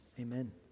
Amen